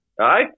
aye